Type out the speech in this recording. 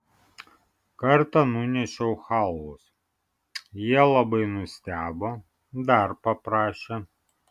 kartą nunešiau chalvos jie labai nustebo dar paprašė